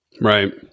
Right